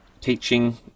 teaching